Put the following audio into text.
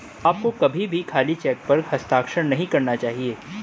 आपको कभी भी खाली चेक पर हस्ताक्षर नहीं करना चाहिए